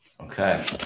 Okay